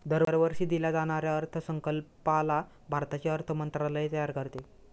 दरवर्षी दिल्या जाणाऱ्या अर्थसंकल्पाला भारताचे अर्थ मंत्रालय तयार करते